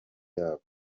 yabo